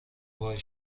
وای